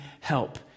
help